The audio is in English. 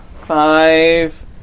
Five